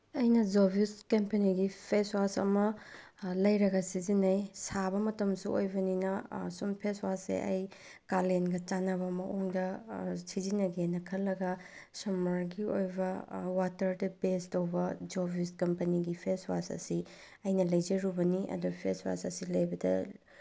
ꯑꯩꯅ ꯖꯣꯚꯤꯁ ꯀꯝꯄꯦꯅꯤꯒꯤ face wash ꯑꯃ ꯂꯩꯔꯒ ꯁꯤꯖꯤꯟꯅꯩ ꯁꯥꯕ ꯃꯇꯝꯁꯨ ꯑꯣꯏꯕꯅꯤꯅ ꯁꯨꯝ ꯐꯦꯁ ꯋꯥꯁꯁꯦ ꯑꯩ ꯀꯥꯂꯦꯟꯒ ꯆꯥꯟꯅꯕ ꯃꯑꯣꯡꯗ ꯁꯤꯖꯤꯟꯅꯒꯦꯅ ꯈꯜꯂꯒ ꯁꯝꯃꯔꯒꯤ ꯑꯣꯏꯕ ꯋꯥꯇꯔꯗ ꯕꯦꯁ ꯇꯧꯕ ꯖꯣꯚꯤꯁ ꯀꯝꯄꯦꯅꯤꯒꯤ ꯐꯦꯁ ꯋꯥꯁ ꯑꯁꯤ ꯑꯩꯅ ꯂꯩꯖꯔꯨꯕꯅꯤ ꯑꯗꯨ ꯐꯦꯁ ꯋꯥꯁ ꯑꯁꯤ ꯂꯩꯕꯗ